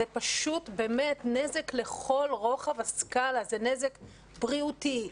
זה פשוט באמת נזק לכל רוחב הסקאלה זה נזק בריאותי,